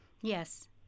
Yes